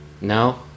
no